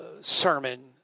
sermon